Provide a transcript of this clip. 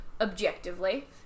objectively